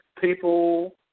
people